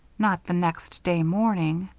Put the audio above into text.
not the next day morning